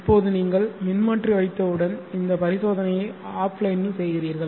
இப்போது நீங்கள் மின்மாற்றி வைத்தவுடன் இந்த பரிசோதனையை ஆஃப்லைனில் செய்கிறீர்கள்